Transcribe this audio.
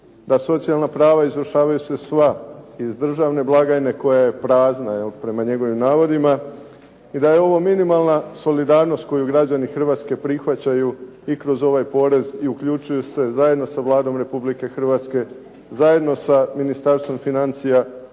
da socijalna prava izvršavaju se sva iz državne blagajne koja je prazna jel' prema njegovim navodima i da je ovo minimalna solidarnost koju građani Hrvatske prihvaćaju i kroz ovaj porez i uključuju se zajedno sa Vladom Republike Hrvatske, zajedno sa Ministarstvom financija u